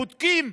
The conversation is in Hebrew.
בודקים,